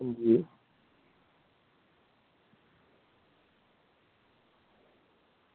अंजी